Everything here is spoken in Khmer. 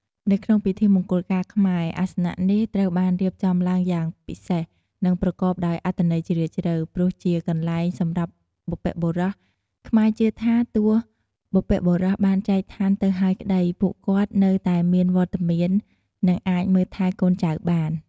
នៅក្នុងពិធីមង្គលការខ្មែរ អាសនៈនេះត្រូវបានរៀបចំឡើងយ៉ាងពិសេស និងប្រកបដោយអត្ថន័យជ្រាលជ្រៅ ព្រោះជាកន្លែងសម្រាប់បុព្វបុរស ខ្មែរជឿថាទោះបុព្វបុរសបានចែកឋានទៅហើយក្តី ពួកគាត់នៅតែមានវត្តមាន និងអាចមើលថែកូនចៅបាន។